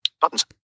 buttons